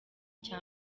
cya